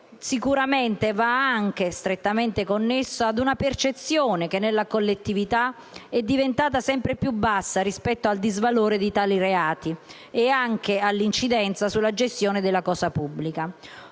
sicuramente anche strettamente connessa ad una percezione che nella collettività è diventata sempre più bassa rispetto al disvalore di tali reati e alla loro incidenza sulla gestione della cosa pubblica.